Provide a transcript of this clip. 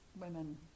women